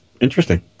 interesting